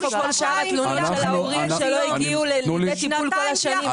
איפה כל שאר התלונות של ההורים שלא הגיעו לידי טיפול כל השנים.